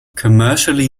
commercially